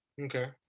Okay